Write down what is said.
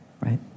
Right